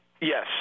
yes